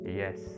yes